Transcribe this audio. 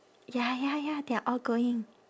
ya ya ya they're all going